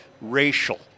racial